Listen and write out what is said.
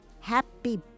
happy